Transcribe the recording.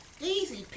Easy